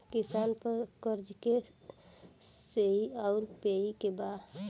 किसान पर क़र्ज़े के श्रेइ आउर पेई के बा?